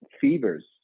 fevers